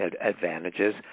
advantages